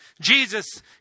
Jesus